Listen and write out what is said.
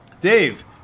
Dave